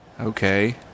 Okay